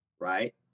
right